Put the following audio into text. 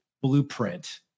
blueprint